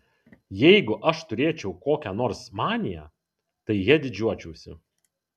jeigu aš turėčiau kokią nors maniją tai ja didžiuočiausi